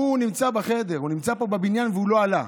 הוא נמצא בחדר, הוא נמצא פה בבניין, והוא לא עלה.